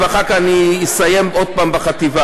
ואחר כך אני אסיים עוד פעם בחטיבה.